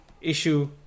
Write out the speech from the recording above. issue